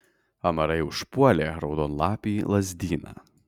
amarai užpuolė raudonlapį lazdyną